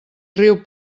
riu